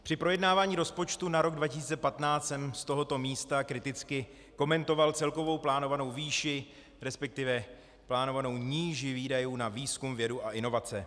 Při projednávání rozpočtu na rok 2015 jsem z tohoto místa kriticky komentoval celkovou plánovanou výši, respektive plánovanou níži výdajů na výzkum, vědu a inovace.